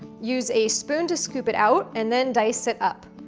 use a spoon to scoop it out, and then dice it up.